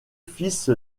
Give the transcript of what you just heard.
fils